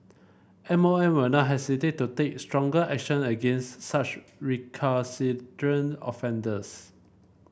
M O M will not hesitate to take stronger action against such recalcitrant offenders